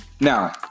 Now